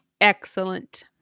Excellent